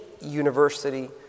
university